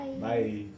Bye